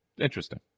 Interesting